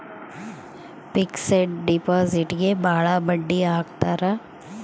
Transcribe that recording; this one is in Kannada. ಫಿಕ್ಸೆಡ್ ಡಿಪಾಸಿಟ್ಗೆ ಭಾಳ ಬಡ್ಡಿ ಹಾಕ್ತರ